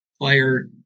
player